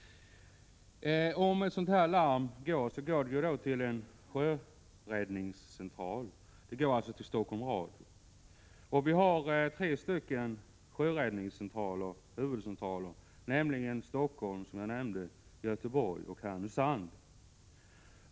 Om larm går, så vidarebefordras det till en sjöräddningscentral, exempelvis till Stockholm radio. Det finns tre huvudcentraler, nämligen Stockholm — som jag nämnde —, Göteborg och Härnösand.